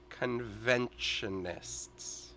conventionists